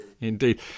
Indeed